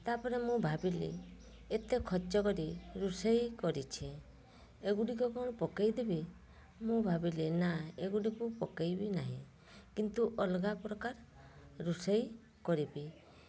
ତା ପରେ ମୁଁ ଭାବିଲି ଏତେ ଖର୍ଚ୍ଚ କରି ରୋଷେଇ କରି ଏଗୁଡ଼ିକ କ'ଣ ପକାଇ ଦେବି ମୁଁ ଭାବିଲି ନା ଏଗୁଡ଼ିକୁ ପକାଇବି ନାହିଁ କିନ୍ତୁ ଅଲଗା ପ୍ରକାର ରୋଷେଇ କରିବି